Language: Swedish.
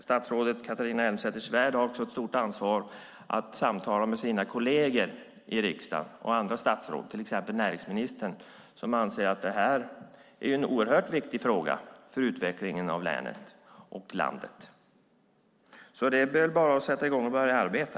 Statsrådet Catharina Elmsäter-Svärd har ett stort ansvar för att samtala med sina kolleger i riksdagen och med andra statsråd, till exempel näringsministern som anser att det här är en oerhört viktig fråga för utvecklingen av länet och landet. Det är bara att sätta i gång och arbeta.